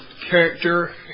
character